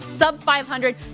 Sub-500